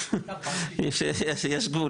יש גבול,